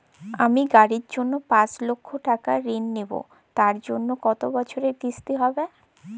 আমি গাড়ির জন্য পাঁচ লক্ষ টাকা ঋণ নেবো তার জন্য কতো বছরের কিস্তি হবে?